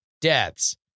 deaths